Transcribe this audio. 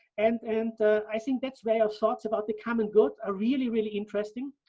and and i think that's where your thoughts about the common good are really, really interesting.